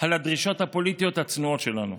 על הדרישות הפוליטיות הצנועות שלנו.